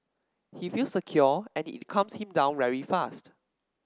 he feels secure and it calms him down very fast